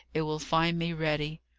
it will find me ready.